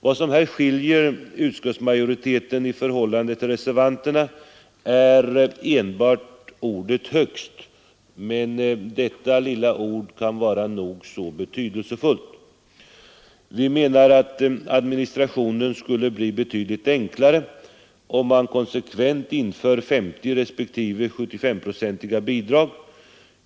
Vad som här skiljer utskottsmajoriteten i förhållande till reservanterna är enbart ordet högst, men detta lilla ord kan vara nog så betydelsefullt. Vi menar att administrationen skulle bli betydligt enklare, om man konsekvent inför 50-procentiga respektive 75-procentiga bidrag.